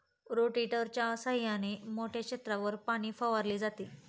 रोटेटरच्या सहाय्याने मोठ्या क्षेत्रावर पाणी फवारले जाते